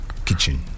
kitchen